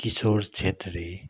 Kishore Chhetri